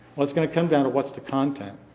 well, it's going to come down to what's the content.